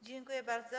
Dziękuję bardzo.